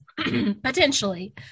potentially